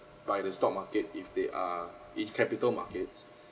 by the stock market if they are in capital markets